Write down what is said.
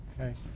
okay